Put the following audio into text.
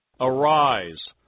Arise